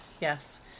Yes